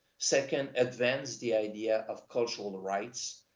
second, advance the idea of cultural rights,